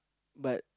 but